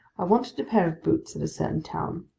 i wanted a pair of boots at a certain town,